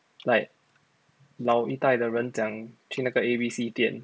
like 老一代的人讲去哪个 A_B_C 店